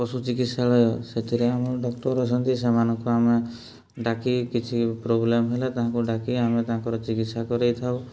ପଶୁ ଚିକିତ୍ସାଳୟ ସେଥିରେ ଆମ ଡକ୍ଟର୍ ଅଛନ୍ତି ସେମାନଙ୍କୁ ଆମେ ଡାକି କିଛି ପ୍ରୋବ୍ଲେମ୍ ହେଲା ତାଙ୍କୁ ଡାକି ଆମେ ତାଙ୍କର ଚିକିତ୍ସା କରେଇଥାଉ